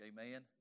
amen